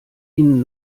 ihnen